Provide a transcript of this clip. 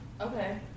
Okay